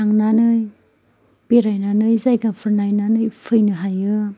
थांनानै बेरायनानै जायगाफोर नायनानै फैनो हायो